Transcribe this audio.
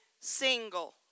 single